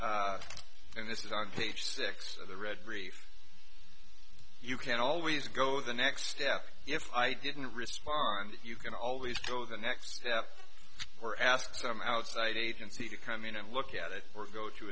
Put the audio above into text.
and this is on page six of the read brief you can always go the next step if i didn't respond you can always go the next step or ask some outside agency to come in and look at it or go to